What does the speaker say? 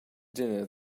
dinner